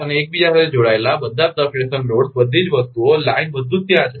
અને એકબીજા સાથે જોડાયેલા બધા જ સબસ્ટેશન લોડસ બધી જ વસ્તુઓ લાઇન બધું જ ત્યાં છે